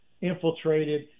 infiltrated